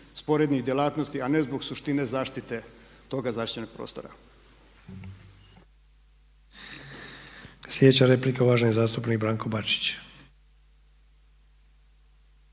sporednih djelatnosti a ne zbog suštine zaštite toga zaštićenoga prostora.